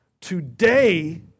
today